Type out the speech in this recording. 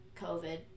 COVID